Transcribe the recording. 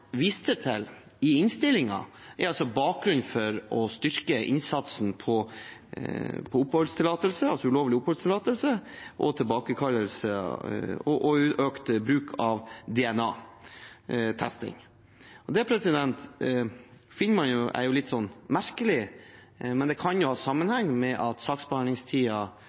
viste til i innstillingen, er at bakgrunnen er å styrke arbeidet med tilbakekall av oppholdstillatelse som er gitt på feil grunnlag, og økt bruk av DNA-testing. Det finner jeg litt merkelig, men det kan ha sammenheng med at